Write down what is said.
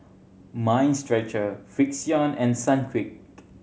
Mind Stretcher Frixion and Sunquick